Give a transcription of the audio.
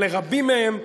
ולרבים מהם,